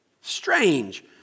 Strange